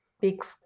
big